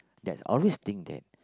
that's always think that